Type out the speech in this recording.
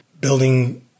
building